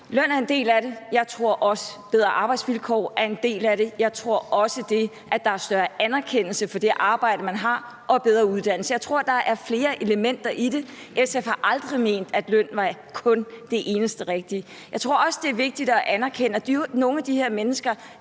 Løn er en del af det. Jeg tror også, bedre arbejdsvilkår er en del af det. Jeg tror også, at det, at der er større anerkendelse for det arbejde, man har, og bedre uddannelse er en del af det. Jeg tror, der er flere elementer i det. SF har aldrig ment, at løn kun er det eneste rigtige. Jeg tror også, det er vigtigt at anerkende, at nogle af de her mennesker,